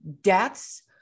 deaths